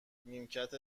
نیمکت